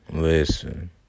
Listen